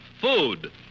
food